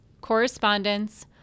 correspondence